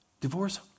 Divorce